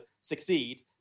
succeed